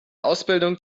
ausbildung